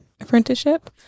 apprenticeship